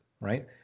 right